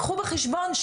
קחו בחשבון,